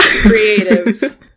Creative